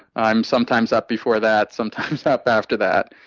i'm sometimes up before that, sometimes up after that.